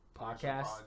Podcast